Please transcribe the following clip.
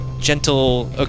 gentle